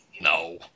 No